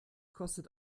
kostet